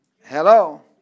hello